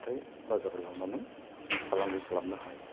हाथाय बाजाराव लांनानै फालांगि खालामनो हायो